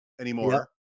anymore